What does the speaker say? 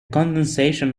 condensation